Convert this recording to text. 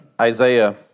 Isaiah